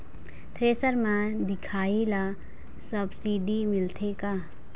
Thresher म दिखाही ला सब्सिडी मिलथे का?